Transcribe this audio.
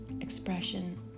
expression